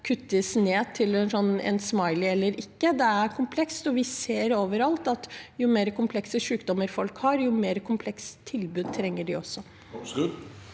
reduseres til en smiley eller noe annet. Dette er komplekst, og vi ser overalt at jo mer komplekse sykdommer folk har, jo mer komplekst tilbud trenger de også.